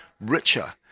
richer